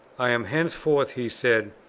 i am henceforth, he said,